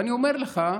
ואני אומר לך,